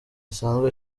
asanzwe